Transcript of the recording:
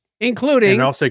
including